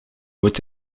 moet